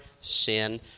sin